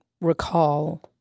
recall